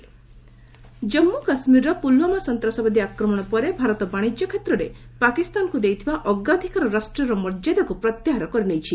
Jaitley CCS Jammu କାଶ୍ମୀରର ପୁଲୱାମା ସନ୍ତାସବାଦୀ ଆକ୍ରମଣ ପରେ ଭାରତ ବାଣିଜ୍ୟ କ୍ଷେତ୍ରରେ ପାକିସ୍ତାନକୁ ଦେଇଥିବା ଅଗ୍ରାଧିକାର ରାଷ୍ଟ୍ରର ମର୍ଯ୍ୟାଦାକୁ ପ୍ରତ୍ୟାହାର କରିନେଇଛି